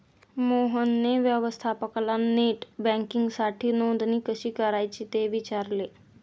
मोहनने व्यवस्थापकाला नेट बँकिंगसाठी नोंदणी कशी करायची ते विचारले